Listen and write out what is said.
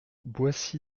boissy